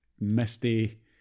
misty